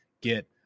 get